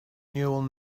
neural